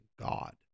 God